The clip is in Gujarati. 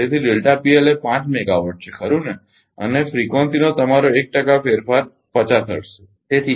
તેથી એ 5 મેગાવોટ છે ખરુ ને અને ફ્રિકવન્સીનો તમારો 1 ટકા ફેરફાર 50 હર્ટ્ઝ છે